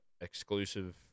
exclusive